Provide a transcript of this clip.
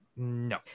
No